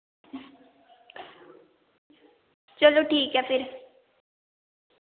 चलो ठीक ऐ फिर